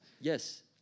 Yes